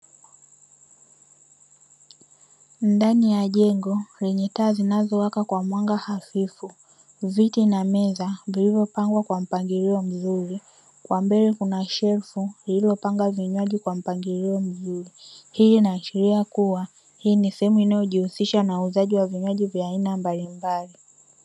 Ndani ya jengo lenye taa zinazowaka kwa mwanga hafifu viti na meza vilivyopangwa kwa mpangilio mzuri, kwa mbele kuna shelfu lililopangwa vinywaji kwa mpangilio mzuri, hii inaashiria kuwa hii ni sehemu inayojihusisha na uuzaji wa vinywaji vya aina mbalimbali.